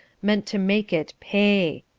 meant to make it pay.